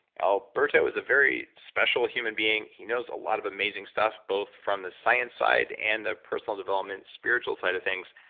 alberto is a very special human being. he knows a lot of amazing stuff, both from the science side and the personal development spiritual side of things.